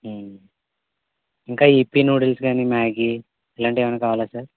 ఇంకా Yippee noodles గానీ Maggi ఇలాంటివి ఏవన్నా కావాలా సార్